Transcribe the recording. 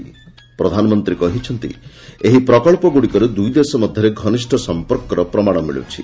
ପ୍ରଧାନମନ୍ତ୍ରୀ କହିଛନ୍ତି ଏହି ପ୍ରକଚ୍ଚଗୁଡ଼ିକରୁ ଦୁଇ ଦେଶ ମଧ୍ୟରେ ଘନିଷ୍ଠ ସମ୍ପକର ପ୍ରମାଣ ମିଳୁଛି